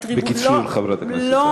בקיצור, חברת הכנסת זנדברג.